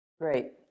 Great